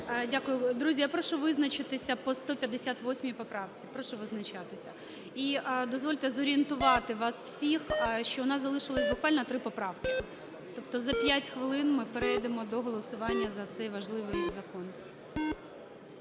Дякую. Друзі, я прошу визначитися по 158 поправці. Прошу визначатися. І дозвольте зорієнтувати вас всіх, що в нас залишилося буквально три поправки, тобто за 5 хвилин ми перейдемо до голосування за цей важливий закон.